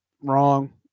Wrong